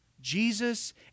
Jesus